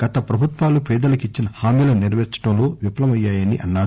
గత ప్రభుత్వాలు పేదలకు ఇచ్చిన హామీలను నెరవేర్చడంలో విఫలమయ్యాయని అన్నారు